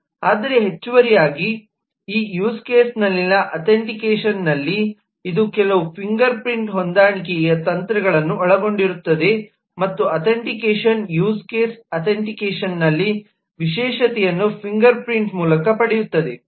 ಆದರೆ ಹೆಚ್ಚುವರಿಯಾಗಿ ಈ ಯೂಸ್ ಕೇಸ್ನಲ್ಲಿನ ಅಥೆಂಟಿಕೇಷನ್ನಲ್ಲಿ ಇದು ಕೆಲವು ಫಿಂಗರ್ಪ್ರಿಂಟ್ ಹೊಂದಾಣಿಕೆಯ ತಂತ್ರಗಳನ್ನು ಒಳಗೊಂಡಿರುತ್ತದೆ ಮತ್ತು ಅಥೆಂಟಿಕೇಷನ್ ಯೂಸ್ ಕೇಸ್ ಅಥೆಂಟಿಕೇಷನ್ನಲ್ಲಿ ವಿಶೇಷತೆಯನ್ನು ಫಿಂಗರ್ಪ್ರಿಂಟ್ ಮೂಲಕ ಪಡೆಯುತ್ತದೆ